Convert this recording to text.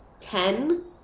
ten